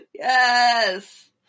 yes